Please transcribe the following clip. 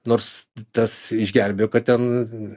nors tas išgelbėjo kad ten